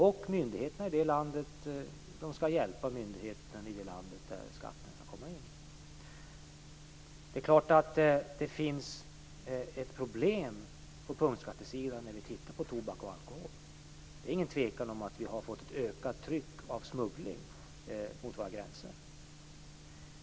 Myndigheterna i det landet skall hjälpa myndigheterna i det land dit skatten skall betalas. Det är klart att det finns ett problem på punktskattesidan i fråga om tobak och alkohol. Det är inget tvivel om att vi har fått ett ökat tryck av smuggling över våra gränser.